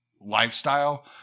lifestyle